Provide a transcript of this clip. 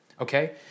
okay